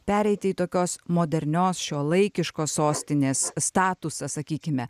pereiti į tokios modernios šiuolaikiškos sostinės statusą sakykime